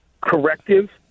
corrective